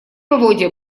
поводья